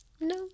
No